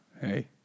Hey